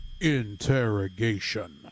Interrogation